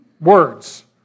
words